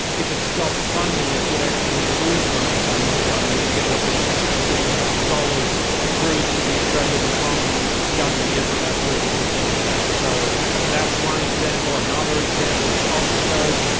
if it stopped funding it, would actually lose money by not funding it because if sixteen dollars accrues to the australian economy, government gets about thirty percent of that. so that's one example. another example is auscope.